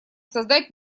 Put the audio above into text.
создать